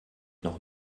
noch